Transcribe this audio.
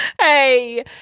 hey